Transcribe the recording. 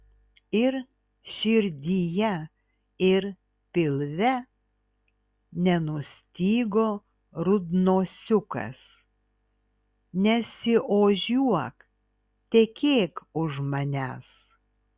ir širdyje ir pilve nenustygo rudnosiukas nesiožiuok tekėk už manęs